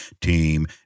team